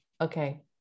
Okay